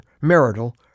marital